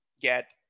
get